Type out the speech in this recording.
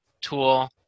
tool